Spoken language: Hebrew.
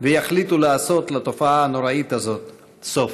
ויחליטו לשים לתופעה הנוראית הזאת סוף.